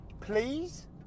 please